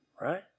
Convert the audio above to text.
Right